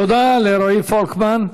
תודה לרועי פולקמן,